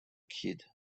kid